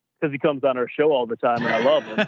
cause he comes on our show all the time and i love